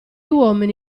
uomini